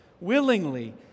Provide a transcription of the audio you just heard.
Willingly